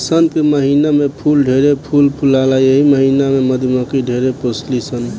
वसंत के महिना में फूल ढेरे फूल फुलाला एही महिना में मधुमक्खी ढेर पोसली सन